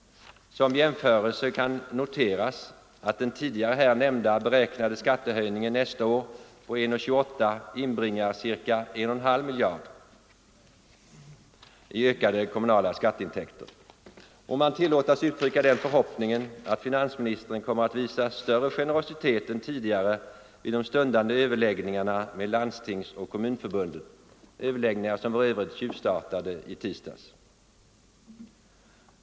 Som jämförelse kan noteras att den tidigare här nämnda beräknade skattehöjningen nästa år på 1:28 inbringar ca 1,5 miljarder i ökade kommunala skatteintäkter. Må man tillåtas uttrycka den förhoppningen att finansministern kommer att visa större generositet än tidigare vid de stundande överläggningarna med Landstingsoch Kommunförbunden, överläggningar som för övrigt tjuvstartade redan i tisdags.